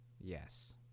Yes